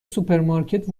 سوپرمارکت